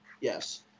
Yes